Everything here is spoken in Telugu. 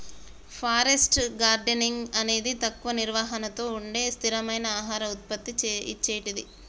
ఫారెస్ట్ గార్డెనింగ్ అనేది తక్కువ నిర్వహణతో ఉండే స్థిరమైన ఆహార ఉత్పత్తి ఇచ్చేటిది